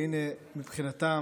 והינה מבחינתם,